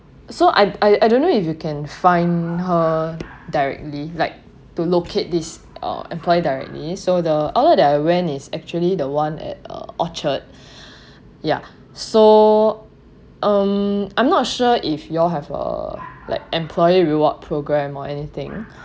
so I I I don't know if you can find her directly like to locate this uh employed directly so the outlet that I went is actually the one at uh orchard ya so um I'm not sure if you all have uh like employee reward program or anything